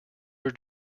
were